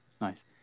nice